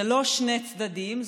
זה לא שני צדדים,